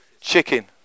Chicken